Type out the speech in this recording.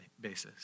basis